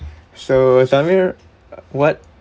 so zamir uh what